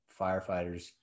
firefighters